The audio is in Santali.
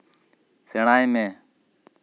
ᱥᱮᱬᱟᱭ ᱢᱮ